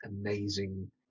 amazing